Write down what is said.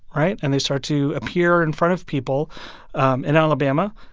right? and they start to appear in front of people um in alabama,